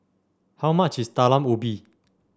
how much is Talam Ubi